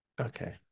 Okay